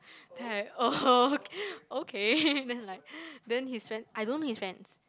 then I oh okay then I like then his friend I don't know his friends